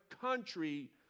country